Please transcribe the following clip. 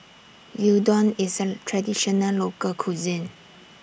Gyudon IS A Traditional Local Cuisine